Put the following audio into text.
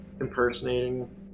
impersonating